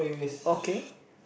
okay